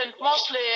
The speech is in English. mostly